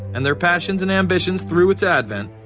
and their passions and ambitions through its advent.